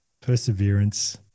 perseverance